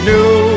New